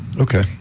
Okay